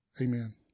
Amen